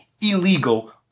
illegal